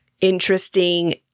interesting